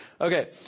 Okay